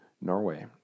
Norway